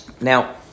Now